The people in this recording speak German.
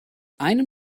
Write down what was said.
einem